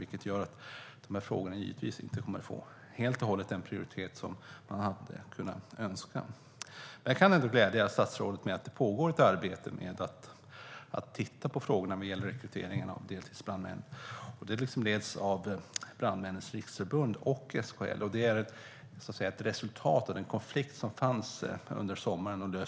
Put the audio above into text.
Det gör att de här frågorna inte helt och hållet kommer att få den prioritet som man hade kunnat önska. Jag kan ändå glädja statsrådet med att det pågår ett arbete med att titta på frågorna vad gäller rekryteringen av deltidsbrandmän. Det leds av Brandmännens Riksförbund och SKL. Det är så att säga ett resultat av den konflikt som fanns under sommaren.